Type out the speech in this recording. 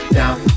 down